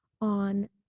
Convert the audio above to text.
on